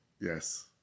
yes